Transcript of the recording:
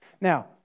Now